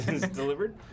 delivered